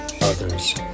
others